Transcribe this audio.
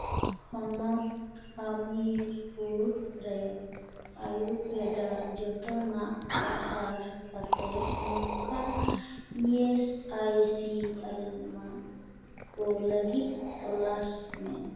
ᱦᱚᱱᱚᱛ ᱦᱟᱢᱤᱨᱯᱩᱨ ᱨᱮ ᱟᱭᱩᱨᱵᱷᱮᱰᱟ ᱡᱚᱛᱚᱱᱟᱜ ᱚᱯᱷᱟᱨ ᱠᱟᱛᱮ ᱱᱚᱝᱠᱟ ᱤ ᱮᱥ ᱟᱭ ᱥᱤ ᱛᱟᱞᱢᱟ ᱠᱚ ᱞᱟᱹᱜᱤᱫ ᱛᱚᱞᱟᱥ ᱢᱮ